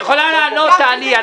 את יכולה לענות, תעני.